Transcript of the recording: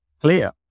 clear